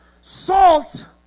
Salt